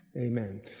Amen